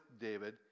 David